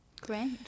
Great